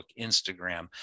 Instagram